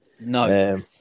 no